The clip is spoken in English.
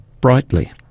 brightly